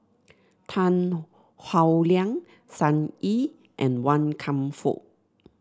Tan Howe Liang Sun Yee and Wan Kam Fook